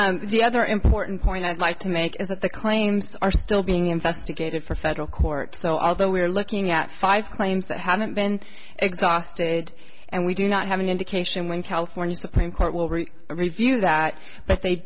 the other important point i'd like to make is that the claims are still being investigated for a federal court so although we're looking at five claims that haven't been exhausted and we do not have an indication when california supreme court will reach a review that but they